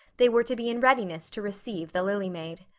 they were to be in readiness to receive the lily maid.